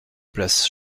place